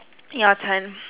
your turn